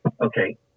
okay